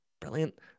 brilliant